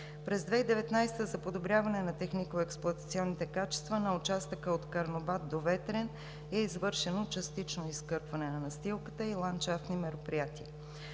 През 2019 г. за подобряване на технико-експлоатационните качества на участъка от град Карнобат до квартал „Ветрен“ е извършено частично изкърпване на настилката и ландшафтни мероприятия.